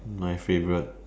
my favourite